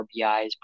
RBIs